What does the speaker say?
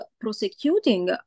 prosecuting